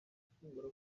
afungura